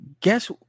guess